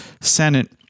Senate